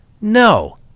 No